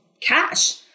cash